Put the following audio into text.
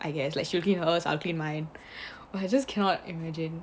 I guess like she'll clean hers I'll clean mine what I just cannot imagine